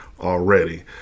already